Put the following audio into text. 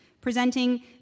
presenting